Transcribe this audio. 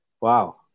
wow